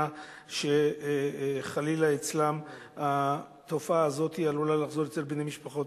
שחלילה התופעה הזו עלולה לחזור אצלן,